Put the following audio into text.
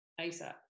ASAP